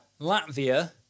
Latvia